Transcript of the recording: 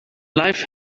life